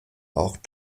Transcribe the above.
auch